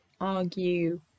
argue